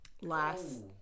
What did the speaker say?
last